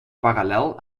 parallel